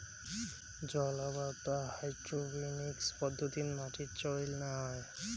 জলআবাদ বা হাইড্রোপোনিক্স পদ্ধতিত মাটির চইল না হয়